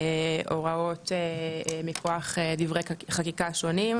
הוראות מכוח דברי חקיקה שונים,